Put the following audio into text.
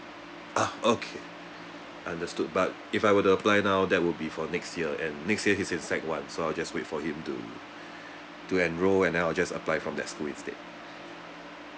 ah okay understood but if I were to apply now that will be for next year and next year he's in secondary one so I'll just wait for him to to enroll and then I'll just apply from that school instead